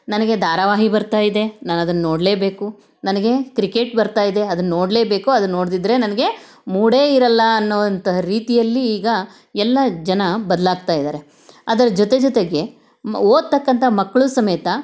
ನನಗೆ ಧಾರಾವಾಹಿ ಬರ್ತಾ ಇದೆ ನಾನು ಅದನ್ನು ನೋಡಲೇಬೇಕು ನನಗೆ ಕ್ರಿಕೆಟ್ ಬರ್ತಾ ಇದೆ ಅದನ್ನು ನೋಡಲೇಬೇಕು ಅದನ್ನು ನೋಡದಿದ್ರೆ ನನಗೆ ಮೂಡೇ ಇರೋಲ್ಲ ಅನ್ನೋವಂಥ ರೀತಿಯಲ್ಲಿ ಈಗ ಎಲ್ಲ ಜನ ಬದಲಾಗ್ತಾ ಇದ್ದಾರೆ ಅದರ ಜೊತೆಜೊತೆಗೆ ಮ್ ಓದ್ತಕ್ಕಂಥ ಮಕ್ಕಳೂ ಸಮೇತ